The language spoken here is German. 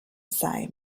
sei